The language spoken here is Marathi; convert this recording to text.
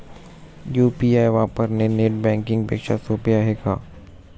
यु.पी.आय वापरणे नेट बँकिंग पेक्षा सोपे आहे का?